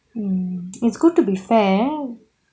mm it's good to be fair